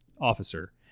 Officer